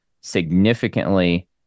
significantly